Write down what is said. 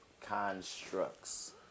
Constructs